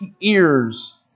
ears